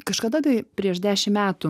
kažkada tai prieš dešim metų